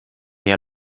jij